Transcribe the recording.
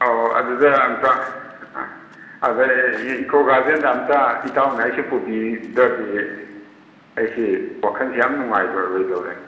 ꯑꯣ ꯑꯗꯨꯗ ꯑꯝꯇ ꯑꯗꯒꯤ ꯏꯀꯣ ꯒꯥꯔꯗꯦꯟꯗ ꯑꯝꯇ ꯏꯇꯥꯎꯅ ꯑꯩꯁꯤ ꯄꯨꯕꯤꯗ꯭ꯔꯗꯤ ꯑꯩꯁꯤ ꯋꯥꯈꯟꯁꯦ ꯌꯥꯝ ꯅꯨꯡꯉꯥꯏꯔꯣꯏꯗꯣꯔꯦ